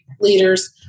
leaders